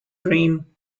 green